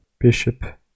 Bishop